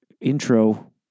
intro